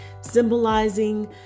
symbolizing